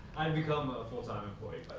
i'd become a full-time employee